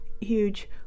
huge